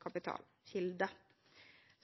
kapitalkilder.